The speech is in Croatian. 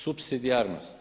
Supsidijarnost.